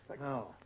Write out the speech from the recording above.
No